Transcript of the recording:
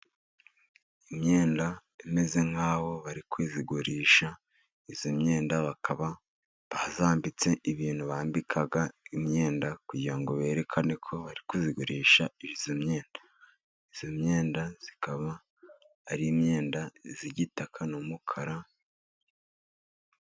Imyenda imeze nkaho bari kuyigurisha, iyi myenda bakaba bayambitse ibintu bambika imyenda, kugira ngo berekane ko bari kuyigurisha iyo myenda, iyo myenda ikaba ar'imyenda y'igitaka n'umukara.